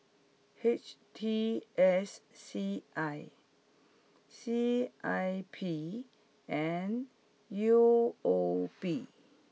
H T S C I C I P and U O B